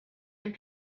and